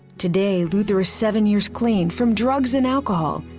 today luther is seven years clean from drugs and alcohol.